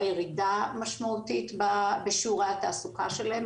ירידה משמעותית בשיעורי התעסוקה שלהם,